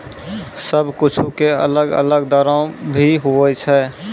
सब कुछु के अलग अलग दरो भी होवै छै